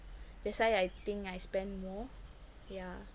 that's why I think I spend more yeah